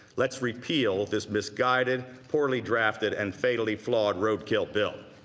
let's repeal this misguideed, poorly drafted and fatally flawed road kill bill.